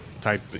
type